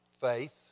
faith